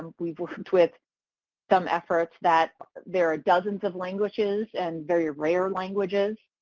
we've worked with some efforts that there are dozens of languages and very rare languages